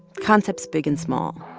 concepts big and small,